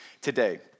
today